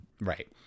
Right